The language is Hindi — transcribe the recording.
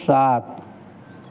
सात